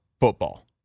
football